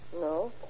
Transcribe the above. No